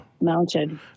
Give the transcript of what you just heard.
mounted